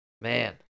man